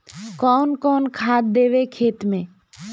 कौन कौन खाद देवे खेत में?